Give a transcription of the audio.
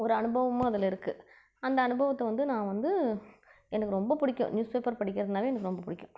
ஒரு அனுபவமும் அதில் இருக்குது அந்த அனுபவத்தை வந்து நான் வந்து எனக்கு ரொம்ப பிடிக்கும் நியூஸ் பேப்பர் படிக்கிறதுனால் எனக்கு ரொம்ப பிடிக்கும்